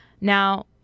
Now